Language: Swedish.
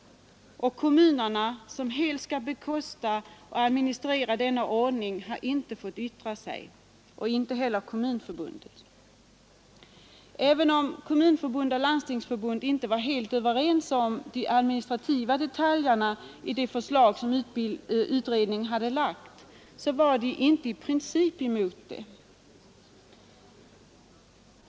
Och kommunerna som helt skall bekosta och administrera denna ordning har inte fått yttra sig. Ej heller Kommunförbundet. Även om Kommunförbundet och Landstingsförbundet inte var helt överens om de administrativa detaljerna i det förslag som utredningen lagt fram, så var de inte i princip emot det.